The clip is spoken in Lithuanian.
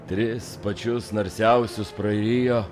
tris pačius narsiausius prarijo